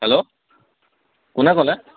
hello কোনে ক'লে